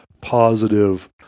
positive